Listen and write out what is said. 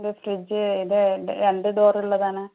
ഇത് ഫ്രിഡ്ജ് ഇത് രണ്ടു ഡോർ ഉള്ളതാണ്